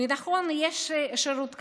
ונכון, יש שירות כזה.